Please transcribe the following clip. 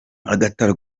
agathon